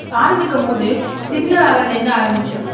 ஆரம்பிக்கும்போது சின்ன லெவல்லேயிருந்து ஆரம்பிச்சேன்